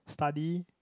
study